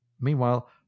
Meanwhile